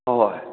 ꯍꯣꯏ ꯍꯣꯏ